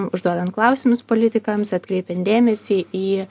užduodant klausimus politikams atkreipiant dėmesį į